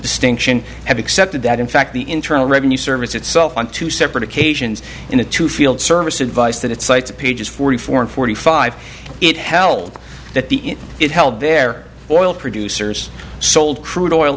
distinction have accepted that in fact the internal revenue service itself on two separate occasions in a two field service advice that it cites pages forty four and forty five it held that the it held their oil producers sold crude oil